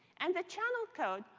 and the channel code,